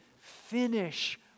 finish